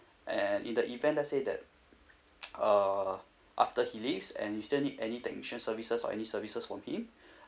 and in the event let's say the uh after he leaves and you still need any technician services or any services from him